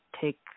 take